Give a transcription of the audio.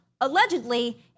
allegedly